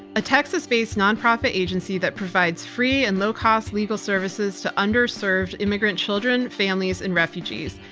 a texas-based nonprofit agency that provides free and low cost legal services to underserved immigrant children, families, and refugees.